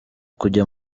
kujya